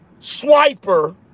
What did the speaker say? Swiper